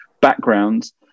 backgrounds